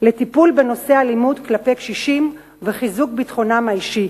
לטיפול בנושא האלימות כלפי קשישים וחיזוק ביטחונם האישי.